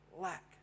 Lack